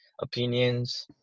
opinions